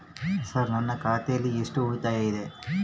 Sir ನನ್ನ ಖಾತೆಯಲ್ಲಿ ಎಷ್ಟು ಉಳಿತಾಯ ಇದೆ?